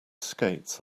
skates